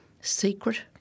secret